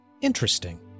Interesting